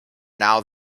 now